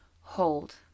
hold